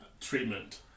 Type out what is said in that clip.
Treatment